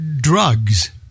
drugs